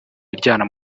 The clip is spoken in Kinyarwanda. iryana